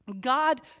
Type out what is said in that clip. God